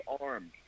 armed